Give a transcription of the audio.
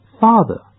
Father